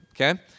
Okay